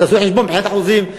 תעשו חשבון מבחינת אחוזים.